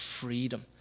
freedom